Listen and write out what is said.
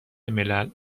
ملل